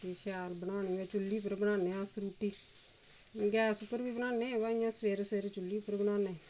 जे शैल बनानी होऐ चुल्ली पर बनाने आं अस रुट्टी गैस पर बी बनानें पर इ'यां सवेरे सवेरे चुल्ली पर बनानें